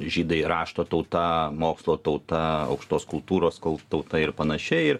žydai rašto tauta mokslo tauta aukštos kultūros tauta ir panašiai ir